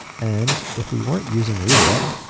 and if we weren't using redirect,